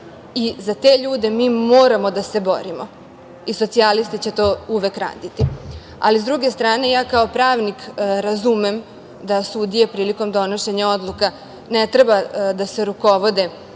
Za te ljude mi moramo da se borimo i socijalista će to uvek raditi. Ali, sa druge strane, ja kao pravnik razumem da sudije prilikom donošenja odluka ne treba da se rukovode